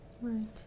Right